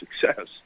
success